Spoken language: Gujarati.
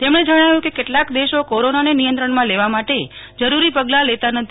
તેમણે જણાવ્યું કે કેટલાક દેશો કોરોનાને નિયંત્રણમાં લેવા માટે જરૂરી પગલા લેતા નથી